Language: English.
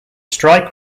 strike